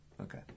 Okay